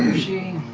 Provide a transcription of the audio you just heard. she